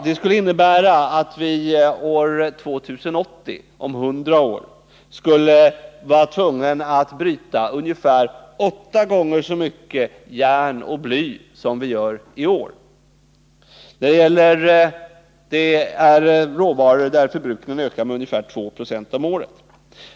Det skulle innebära att vi år 2080, om 100 år, skulle vara tvungna att bryta ungefär 8 gånger så mycket järn och bly som vi gör i år. Det är råvaror där förbrukningen ökar med ungefär 2 70 om året.